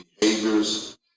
behaviors